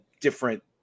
different